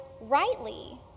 rightly